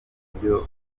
ntabyo